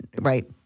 right